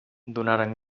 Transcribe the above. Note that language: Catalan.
donaren